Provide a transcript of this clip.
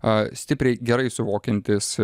a stipriai gerai suvokiantis